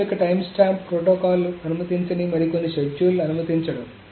ప్రాథమిక timestamp protocol అనుమతించని మరికొన్ని షెడ్యూల్లను అనుమతించడం